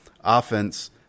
offense